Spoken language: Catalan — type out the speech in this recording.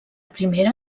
primera